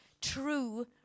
true